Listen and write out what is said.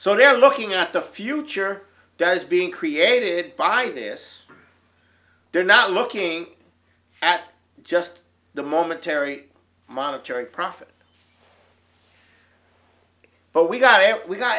so they're looking at the future does being created by this they're not looking at just the momentary monetary profit but we got it we got